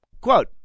Quote